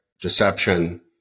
deception